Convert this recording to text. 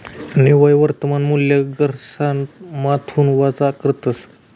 निव्वय वर्तमान मूल्य घसारामाथून वजा करतस